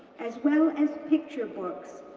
as well as picture books,